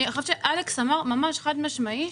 אני חושבת שאלכס אמר ממש חד משמעית,